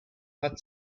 hat